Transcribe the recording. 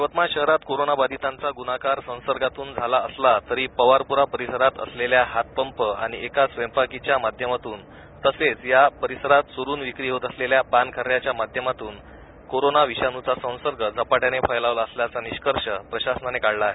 यवतमाळ शहरात कोरोनाबाधितांचा गुणाकार संसर्गातुन झाला असला तरी पवारपूरा परिसरात असलेल्या हातपंप आणि एका स्वयंपाकी च्या माध्यमातून तसेच चोरून विक्री होत असलेल्या पान खर्या च्या माध्यमातून हा संसर्ग झपाट्याने फैलावला असल्याचा निष्कर्ष प्रशासनाने काढला आहे